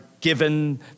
given